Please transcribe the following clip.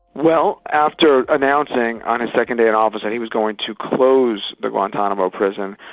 well, after announcing on his second day in office that he was going to close the guantanamo prison,